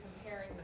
comparing